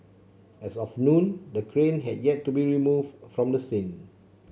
as of noon the crane had yet to be removed from the scene